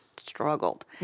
Struggled